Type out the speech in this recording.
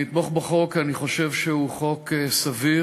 אני אתמוך בחוק כי אני חושב שהוא חוק סביר,